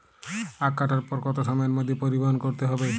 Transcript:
আখ কাটার পর কত সময়ের মধ্যে পরিবহন করতে হবে?